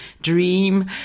dream